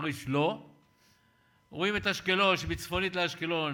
בלי שום סיבה כלכלית,